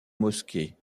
mosquée